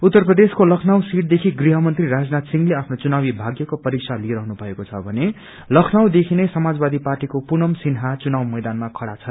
उत्तर प्रदेशको लखनाऊ सिटदेखि गृह मंत्री राजनाय सिंहले आफ्नो चुनावी भाग्यको परीका लिइरहनु भएको छ पने लखनाऊ देखि नै समाजवादी पार्टीको पुनम सिन्हा चुनाउ मैदानमा खड़ा छन्